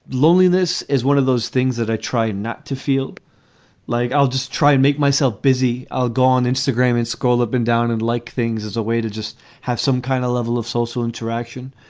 loneliness is one of those things that i try not to feel like i'll just try and make myself busy. i'll go on instagram and scroll up and down and like things as a way to just have some kind of level of social interaction,